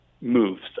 moves